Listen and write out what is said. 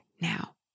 now